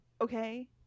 okay